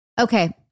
Okay